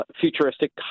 futuristic